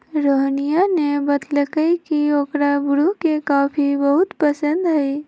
रोहिनीया ने बतल कई की ओकरा ब्रू के कॉफी बहुत पसंद हई